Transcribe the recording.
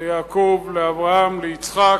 ליעקב, לאברהם, ליצחק,